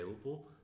available